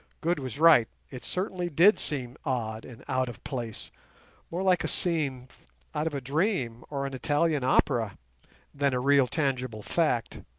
good was right it certainly did seem odd and out of place more like a scene out of a dream or an italian opera than a real tangible fact